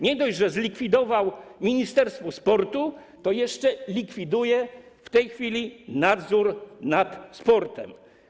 Nie dość, że zlikwidował ministerstwo sportu, to jeszcze likwiduje w tej chwili nadzór nad sportem.